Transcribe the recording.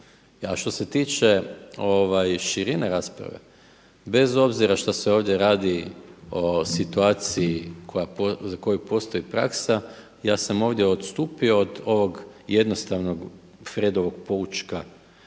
što se tiče širine rasprave bez obzira što se ovdje radi o situaciji za koju postoji praksa. Ja sam ovdje odstupio od ovog jednostavnog Fredovog poučka